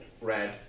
red